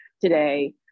today